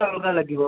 ଅଲଗା ଲାଗିବ